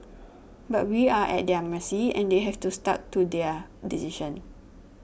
but we are at their mercy and they have to stuck to their decision